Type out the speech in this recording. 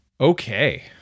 Okay